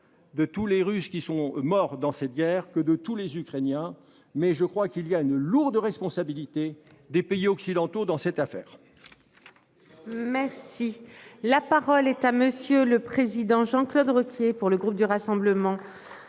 de tous les Russes qui sont morts dans cette guerre que de tous les Ukrainiens, mais je crois qu'il y a une lourde responsabilité des pays occidentaux dans cette affaire.